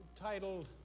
titled